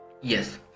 Yes